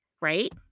right